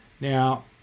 Now